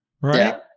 Right